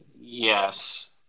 yes